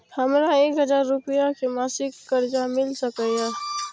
हमरा एक हजार रुपया के मासिक कर्जा मिल सकैये?